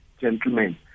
gentlemen